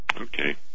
Okay